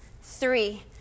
three